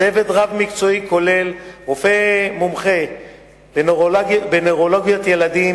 צוות רב-מקצועי כולל רופא מומחה בנוירולוגיית ילדים